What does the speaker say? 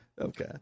Okay